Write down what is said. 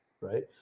right